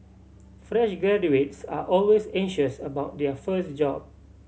fresh graduates are always anxious about their first job